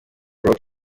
rock